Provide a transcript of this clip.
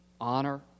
Honor